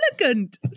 elegant